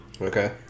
Okay